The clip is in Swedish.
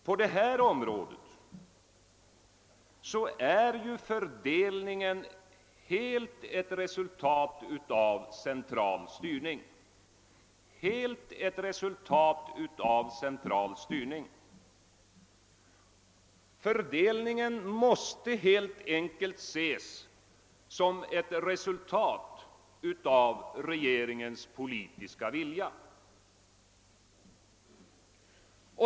På detta område är ju fördelningen helt ett resultat av central styrning. Fördelningen måste helt enkelt ses som ett resultat av regeringens politiska vilja.